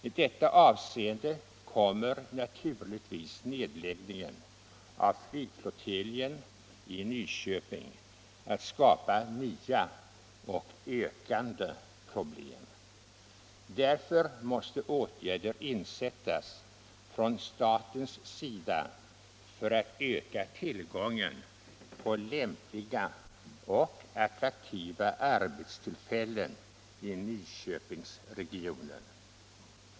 I detta avseende kommer naturligtvis nedläggningen av flygflottiljen i Nyköping att skapa nya och betydligt ökande problem. Därför måste åtgärder sättas in från statens sida för att öka tillgången på lämpliga och attraktiva arbetstillfällen i Nyköpingsregionen.